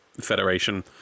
federation